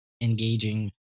engaging